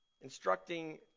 Instructing